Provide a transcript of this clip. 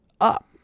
up